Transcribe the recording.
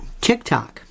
TikTok